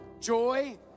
joy